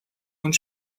und